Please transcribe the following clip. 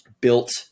built-